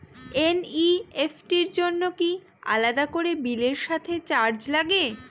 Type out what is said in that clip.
NEFT র জন্য কি আলাদা করে বিলের সাথে চার্জ লাগে?